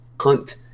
Hunt